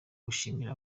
guhishira